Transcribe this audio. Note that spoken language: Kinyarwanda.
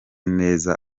neza